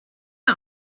the